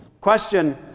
Question